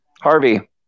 Harvey